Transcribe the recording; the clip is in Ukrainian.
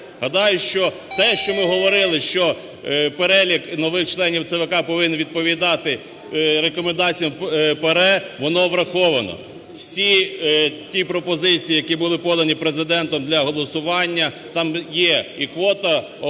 гадаю, що те, що ми говорили, що перелік нових членів ЦВК повинен відповідати рекомендаціям ПАРЄ, воно враховано. Всі ті пропозиції, які були подані Президентом для голосування, там є і квота…